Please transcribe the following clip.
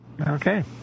okay